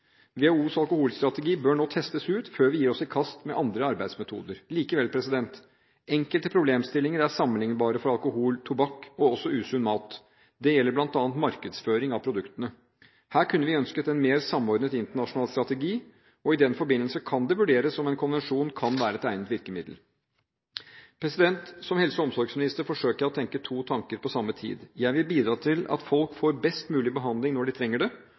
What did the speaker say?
WHOs alkoholstrategi bør nå testes ut før vi gir oss i kast med andre arbeidsmetoder. Likevel: Enkelte problemstillinger er sammenliknbare for alkohol og tobakk – og også usunn mat. Det gjelder bl.a. markedsføring av produktene. Her kunne vi ønsket en mer samordnet internasjonal strategi. I den forbindelse kan det vurderes om en konvensjon kan være et egnet virkemiddel. Som helse- og omsorgsminister forsøker jeg å tenke to tanker på samme tid: Jeg vil bidra til at folk får best mulig behandling når de trenger det,